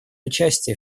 участие